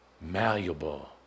malleable